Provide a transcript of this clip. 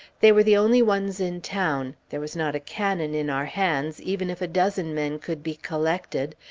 they were the only ones in town, there was not a cannon in our hands, even if a dozen men could be collected,